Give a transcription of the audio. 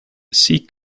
sea